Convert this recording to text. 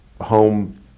home